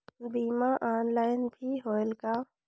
बीमा ऑनलाइन भी होयल का?